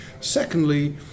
Secondly